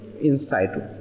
inside